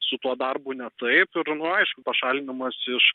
su tuo darbu ne taip ir nu aišku pašalinimas iš